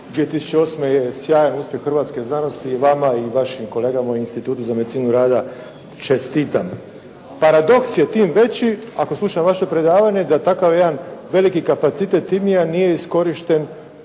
2008. je sjajan uspjeh hrvatske javnosti i vama i vašim kolegama u Institutu za medicinu rada. Čestitam. Paradoks je tim veći ako slušamo vaše predavanje da takav jedan veliki kapacitet aktivnije nije iskorišten